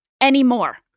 anymore